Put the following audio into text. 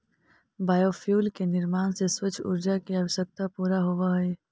biofuel के निर्माण से स्वच्छ ऊर्जा के आवश्यकता पूरा होवऽ हई